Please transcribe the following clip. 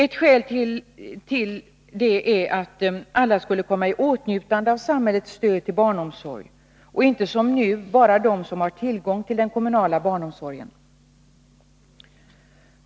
Ett skäl för det är att alla skulle komma i åtnjutande av samhällets stöd till barnomsorg — inte som nu bara de som har tillgång till kommunal barnomsorg.